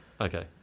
Okay